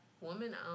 woman